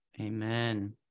Amen